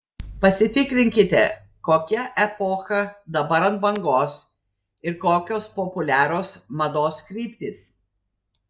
pasitikrinkite kokia epocha dabar ant bangos ir kokios populiarios mados kryptys